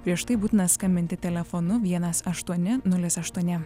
prieš tai būtina skambinti telefonu vienas aštuoni nulis aštuoni